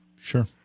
Sure